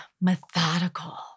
methodical